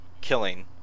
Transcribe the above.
killing